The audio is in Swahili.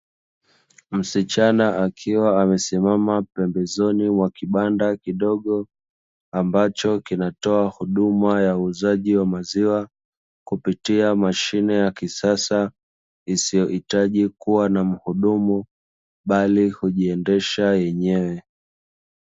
Msichana akiwa amesimama pembezoni mwa kibanda kidogo, ambacho kinatoa huduma ya uuzaji wa maziwa kupitia mashine ya kisasa isiyohitaji kuwa na muhudumu bali hujiendesha yenyewe.